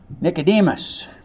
Nicodemus